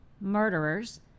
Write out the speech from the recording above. murderers